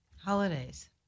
Holidays